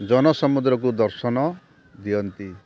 ଜନ ସମୁଦ୍ରକୁ ଦର୍ଶନ ଦିଅନ୍ତି